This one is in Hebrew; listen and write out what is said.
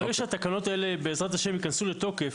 ברגע שהתקנות האלה בעזרת השם יכנסו לתוקף,